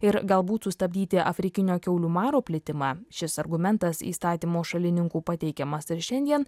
ir galbūt sustabdyti afrikinio kiaulių maro plitimą šis argumentas įstatymo šalininkų pateikiamas ir šiandien